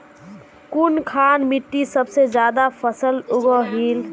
कुनखान मिट्टी सबसे ज्यादा फसल उगहिल?